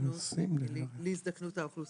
להזדקנות האוכלוסייה.